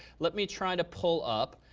let me try to pull up.